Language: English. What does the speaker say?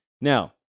Now